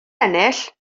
ennill